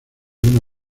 una